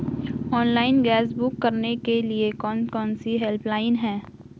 Online gas book करने के लिए कौन कौनसी हेल्पलाइन हैं?